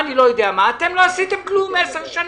אתם לא עשיתם כלום 10 שנים.